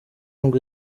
ngo